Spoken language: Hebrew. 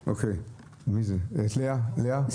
לאה, בבקשה.